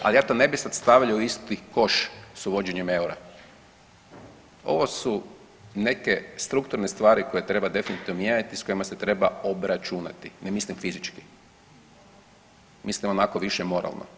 Ali ja to ne bih sad stavljao u isti koš s uvođenjem eura, ovo su neke strukturne stvari koje treba definitivno mijenjati i s kojima se treba obračunati, ne mislim fizički, mislim onako više moralno.